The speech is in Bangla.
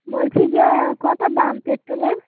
বলছি যে কতো দাম পেট্রোলের